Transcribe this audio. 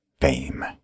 fame